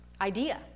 idea